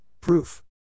proof